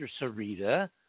sarita